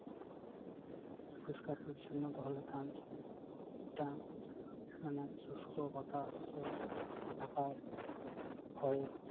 ᱯᱚᱨᱤᱥᱠᱟᱨ ᱯᱚᱨᱤᱪᱷᱚᱱᱱᱚ ᱫᱚᱦᱚ ᱞᱮᱠᱷᱟᱱ ᱢᱤᱫᱴᱟᱱ ᱚᱱᱟ ᱥᱩᱥᱠᱚ ᱵᱟᱛᱟᱥ ᱥᱮ ᱱᱟᱯᱟᱭ ᱦᱚᱭ